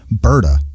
Berta